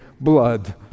blood